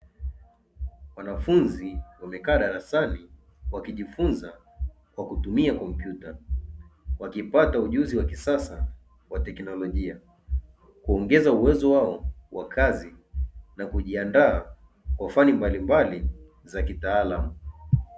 Wanafunzi wamekaa darasani wakijifunza kwa kutumia kompyuta, wakipata ujuzi wa kisasa wa teknolojia, kuongeza uwezo wao wa kazi na kujiandaa kwa fani mbalimbali za kitaalamu.